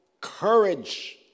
courage